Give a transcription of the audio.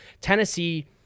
Tennessee